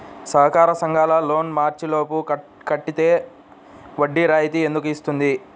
సహకార సంఘాల లోన్ మార్చి లోపు కట్టితే వడ్డీ రాయితీ ఎందుకు ఇస్తుంది?